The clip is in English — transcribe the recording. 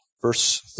Verse